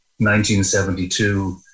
1972